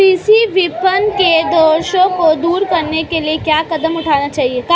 कृषि विपणन के दोषों को दूर करने के लिए क्या कदम उठाने चाहिए?